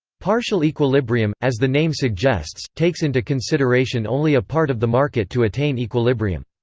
partial equilibrium, as the name suggests, takes into consideration only a part of the market to attain equilibrium.